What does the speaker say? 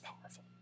powerful